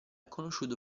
conosciuto